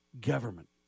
government